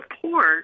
support